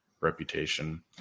reputation